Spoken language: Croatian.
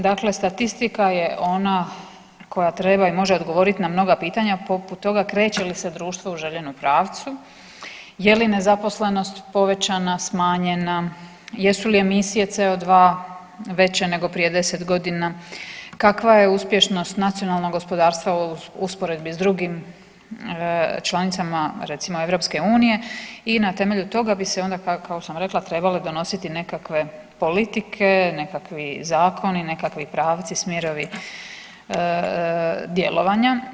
Dakle, statistika je ona koja treba i može odgovoriti na mnoga pitanja poput toga kreće li se društvo u željenom pravcu, je li nezaposlenost povećana, smanjena, jesu li emisije CO2 veće nego prije 10 godina, kakva je uspješnost nacionalnog gospodarstva u usporedbi s drugim članicama recimo EU i na temelju toga bi se onda kao što sam rekla trebale donositi nekakve politike, nekakvi zakoni, nekakvi pravci, smjerovi djelovanja.